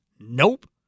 nope